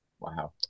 wow